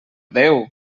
déu